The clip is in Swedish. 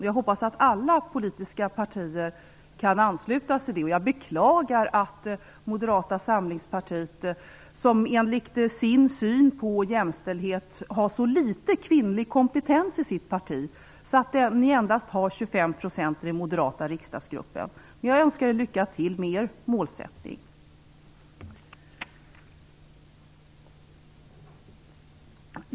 Jag hoppas att alla politiska partier kan ansluta sig till det, och jag beklagar att Moderata samlingspartiet enligt sin syn på jämställdhet har så lite kvinnlig kompetens i sitt parti att man endast har 25 % kvinnor i den moderata riksdagsgruppen. Jag önskar dem lycka till med sin målsättning.